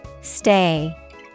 Stay